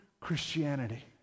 Christianity